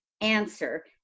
answer